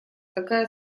такая